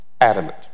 Adamant